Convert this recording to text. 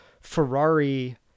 Ferrari